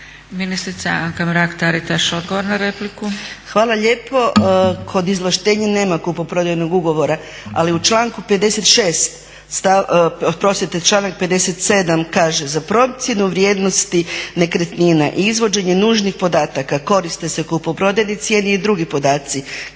na repliku. **Mrak-Taritaš, Anka (HNS)** Hvala lijepo. Kod izvlaštenja nema kupoprodajnog ugovora, ali u članku 56., oprostite. Članak 57. kaže: "Za procjenu vrijednosti nekretnine i izvođenje nužnih podataka koriste se kupoprodajne cijene i drugi podaci kao